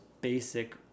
basic